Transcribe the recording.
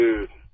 Dude